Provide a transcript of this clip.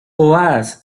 ovadas